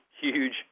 huge